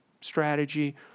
strategy